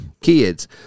kids